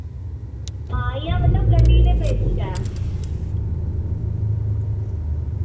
हां इ'यां मतलब गली दे बिच्च ऐ